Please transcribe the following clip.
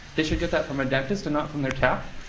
they should get that from a dentist and not from their tap.